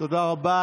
תודה רבה.